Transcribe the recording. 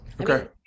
Okay